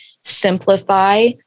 simplify